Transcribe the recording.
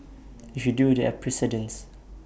if you do there are precedents